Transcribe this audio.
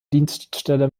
dienststelle